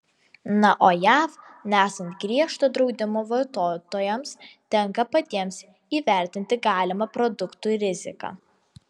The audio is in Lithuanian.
na o jav nesant griežto draudimo vartotojams tenka patiems įvertinti galimą produktų riziką